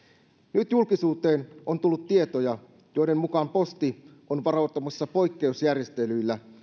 nyt julkisuuteen on tullut tietoja joiden mukaan posti on varautumassa poikkeusjärjestelyillä